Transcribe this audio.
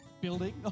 building